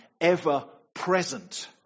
ever-present